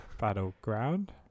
Battleground